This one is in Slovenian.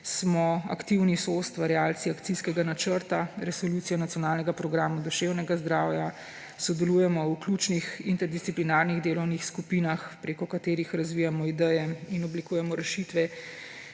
smo aktivni soustvarjalci Akcijskega načrta Resolucije o nacionalnem programu duševnega zdravja. Sodelujemo v ključnih interdisciplinarnih delovnih skupinah, preko katerih razvijamo ideje in oblikujemo rešitve,